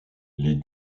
les